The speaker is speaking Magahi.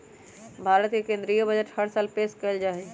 भारत के केन्द्रीय बजट हर साल पेश कइल जाहई